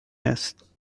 است